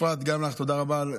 אפרת, גם לך תודה רבה.